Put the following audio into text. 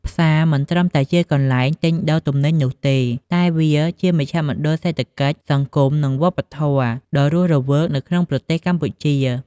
ផ្សារមិនមែនត្រឹមតែជាកន្លែងទិញដូរទំនិញនោះទេ តែវាជាមជ្ឈមណ្ឌលសេដ្ឋកិច្ច សង្គម និងវប្បធម៌ ដ៏រស់រវើកនៅក្នុងប្រទេសកម្ពុជា។